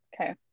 Okay